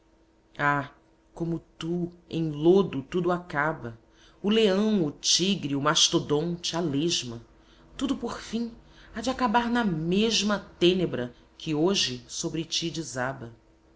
como tu em lodo tudo acaba o leão o tigre o mastodonte a lesma tudo por fim há de acabar na mesma tênebra que hoje sobre ti desaba